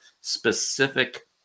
specific